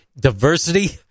diversity